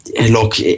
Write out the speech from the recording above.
look